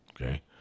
okay